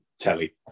telly